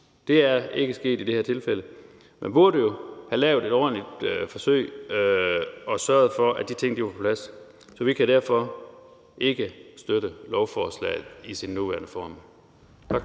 Det er ikke sket i det her tilfælde. Man burde jo have lavet et ordentligt forsøg og sørget for, at de ting var på plads. Så vi kan derfor ikke støtte lovforslaget i dets nuværende form. Tak.